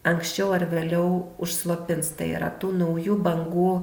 anksčiau ar vėliau užslopins tai yra tų naujų bangų